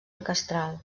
orquestral